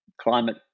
climate